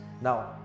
Now